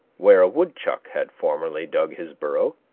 where a woodchuck had formerly dug his burrow,